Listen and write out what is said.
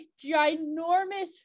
ginormous